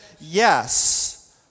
yes